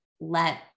let